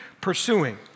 pursuing